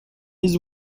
his